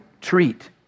treat